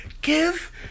Give